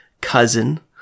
cousin